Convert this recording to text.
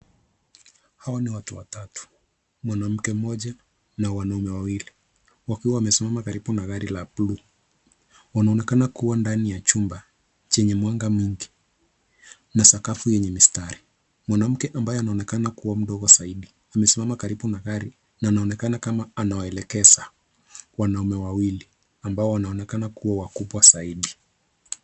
Hawa ni watu watatu. Mwanamke mmoja na wanaume wawili. Wakiwa wamesimama karibu na gari la blue . Wanaonekana kuwa ndani ya chumba chenye mwanga mwingi, na sakafu yenye mistari. Mwanamke ambaye anaonekana kuwa mdogo zaidi, amisimama karibu na gari na anaonekana kama anawaelekeza wanaume wawili, ambao wanaonekana kuwa wakubwa zaidi.